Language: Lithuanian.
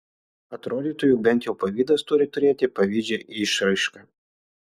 atrodytų jog bent jau pavydas turi turėti pavydžią išraišką